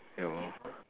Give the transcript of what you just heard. ya lor